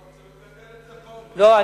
אז תבטל את, לא.